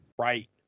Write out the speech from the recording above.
right